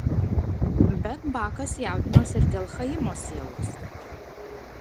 bet bakas jaudinosi ir dėl chaimo sielos